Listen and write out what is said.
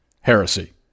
heresy